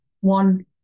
one